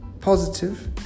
positive